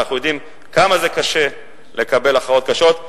ואנחנו יודעים כמה זה קשה לקבל הכרעות קשות.